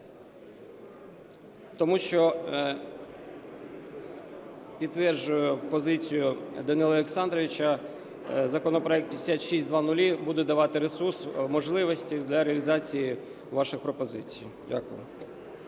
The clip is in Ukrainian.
тому що, підтверджую позицію Данила Олександровича, законопроект 5600 буде давати ресурс, можливості для реалізації ваших пропозицій. Дякую.